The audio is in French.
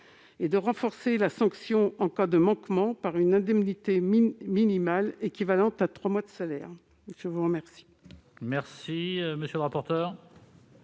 et de renforcer la sanction en cas de manquement par une indemnité minimale équivalente à trois mois de salaire. Quel